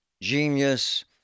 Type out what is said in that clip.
genius